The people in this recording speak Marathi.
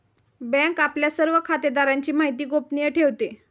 बँक आपल्या सर्व खातेदारांची माहिती गोपनीय ठेवते